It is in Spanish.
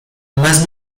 más